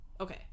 okay